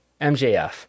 MJF